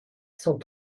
sans